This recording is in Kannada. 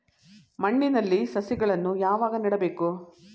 ಮಣ್ಣಿನಲ್ಲಿ ಸಸಿಗಳನ್ನು ಯಾವಾಗ ನೆಡಬೇಕು?